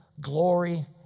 glory